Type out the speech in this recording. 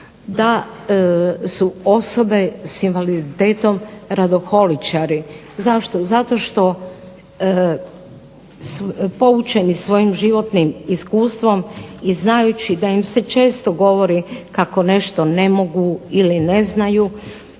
da su osobe sa invaliditetom radoholičari. Zašto? Zato što poučeni svojim životnim iskustvom i znajući da im se često govori kako nešto ne mogu ili ne znaju